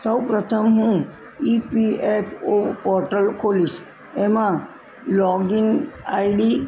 સૌપ્રથમ હું E P F O portal ખોલીશ એમાં લૉગિન આઈડી